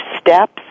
steps